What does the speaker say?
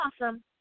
awesome